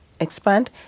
expand